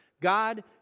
God